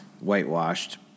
whitewashed